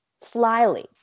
slyly